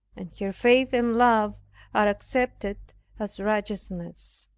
and her faith and love are accepted as righteousness.